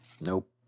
Nope